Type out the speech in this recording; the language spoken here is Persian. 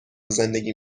زندگی